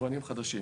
יבואנים חדשים.